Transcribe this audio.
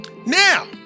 Now